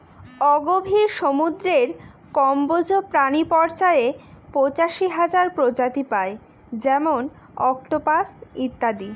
অগভীর সমুদ্রের কম্বজ প্রাণী পর্যায়ে পঁচাশি হাজার প্রজাতি পাই যেমন অক্টোপাস ইত্যাদি